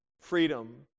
Freedom